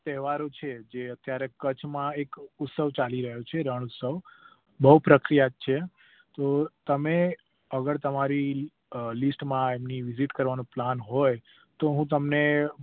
તહેવારો છે જે અત્યારે કચ્છમાં એક ઉત્સવ ચાલી રહ્યો છે રણ ઉત્સવ બહુ પ્રખ્યાત છે તો તમે અગર તમારી લિસ્ટમાં એમની વિઝીટ કરવાનો પ્લાન હોય તો હું તમને